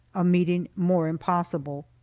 a meeting more impossible.